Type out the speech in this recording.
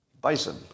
Bison